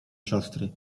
siostry